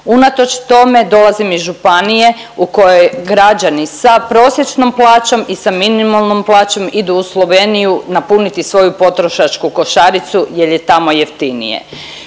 Unatoč tome, dolazim iz županije u kojoj građani sa prosječnom plaćom i sa minimalnom plaćom idu u Sloveniju napuniti svoju potrošačku košaricu jer je tamo jeftinije.